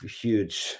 huge